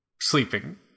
sleeping